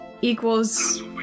equals